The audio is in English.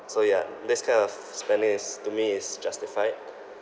so ya this kind of spending is to me is justified